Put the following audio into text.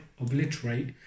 obliterate